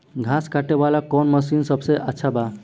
घास काटे वाला कौन मशीन सबसे अच्छा बा?